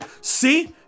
See